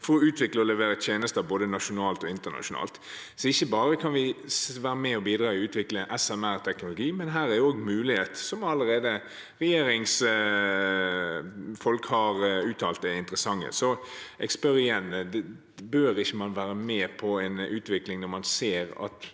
til å utvikle og levere tjenester både nasjonalt og internasjonalt. Ikke bare kan vi være med og bidra til å utvikle SMRteknologi, men her er det også muligheter som regjeringsfolk allerede har uttalt er interessante. Så jeg spør igjen: Bør man ikke være med på en utvikling når man ser at